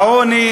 לעוני